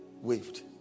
waved